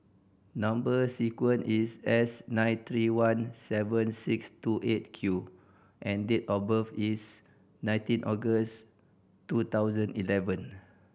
number sequence is S nine three one seven six two Eight Q and date of birth is nineteen August two thousand eleven